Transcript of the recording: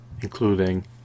including